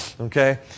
okay